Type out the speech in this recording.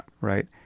right